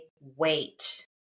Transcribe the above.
wait